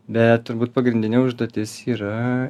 bet turbūt pagrindinė užduotis yra